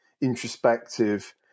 introspective